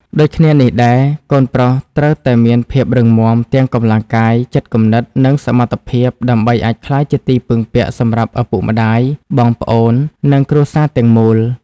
ដូចគ្នានេះដែរ កូនប្រុសត្រូវតែមានភាពរឹងមាំទាំងកម្លាំងកាយ ចិត្តគំនិត និងសមត្ថភាព ដើម្បីអាចក្លាយជាទីពឹងពាក់សម្រាប់ឪពុកម្ដាយ បងប្អូន និងគ្រួសារទាំងមូល។